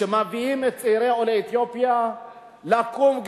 שמביאים את צעירי עולי אתיופיה לקום,